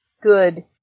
good